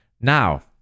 Now